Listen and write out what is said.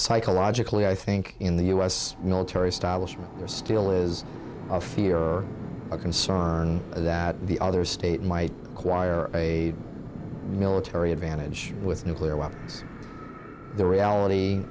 psychologically i think in the u s military establishment there still is a fear or a concern that the other state my choir a military advantage with nuclear weapons the reality